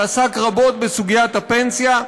שעסק רבות בסוגיית הפנסיה,